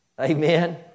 Amen